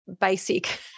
basic